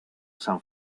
san